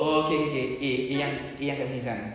oh okay okay okay A